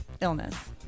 illness